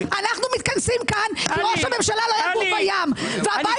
אנחנו מתכנסים כאן כי ראש הממשלה לא יגור בים והבית